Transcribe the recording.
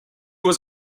was